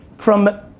from